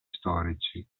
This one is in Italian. storici